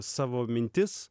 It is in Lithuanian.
savo mintis